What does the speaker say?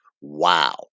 Wow